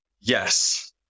yes